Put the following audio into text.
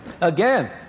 Again